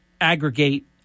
aggregate